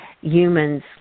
humans